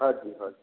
हाँ जी हाँ जी